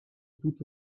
tout